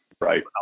right